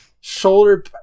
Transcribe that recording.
shoulder